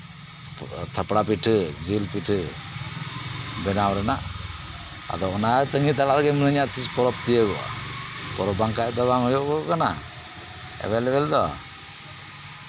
ᱡᱟᱛᱮ ᱛᱷᱟᱯᱲᱟ ᱯᱤᱴᱷᱟᱹ ᱡᱤᱞ ᱯᱤᱴᱷᱟᱹ ᱵᱮᱱᱟᱣ ᱨᱮᱭᱟᱜ ᱟᱫᱚ ᱚᱱᱟ ᱛᱟᱹᱜᱤ ᱛᱟᱲᱟᱜ ᱨᱮᱜᱮ ᱢᱤᱱᱟᱹᱧᱟ ᱛᱤᱥ ᱯᱚᱨᱚᱵᱽ ᱛᱤᱭᱳᱜᱚᱜᱼᱟ ᱯᱚᱨᱚᱵᱽ ᱵᱟᱝᱠᱷᱟᱱ ᱫᱚ ᱵᱟᱝ ᱦᱩᱭᱩᱜ ᱠᱟᱱᱟ ᱮᱵᱮᱞ ᱮᱵᱮᱞ ᱫᱚ